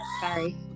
sorry